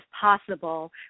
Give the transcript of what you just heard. possible